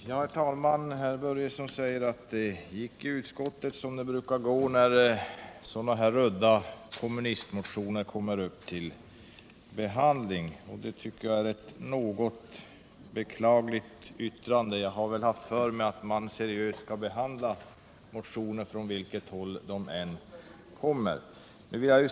Herr talman! Fritz Börjesson säger att det gick i utskottet som det brukar göra när ”sådana här udda kommunistmotioner” kommer upp till behandling. Det tycker jag är ett något beklagligt yttrande. Jag har haft för mig att man seriöst skall behandla motioner från vilket håll de än kommer.